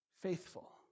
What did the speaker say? faithful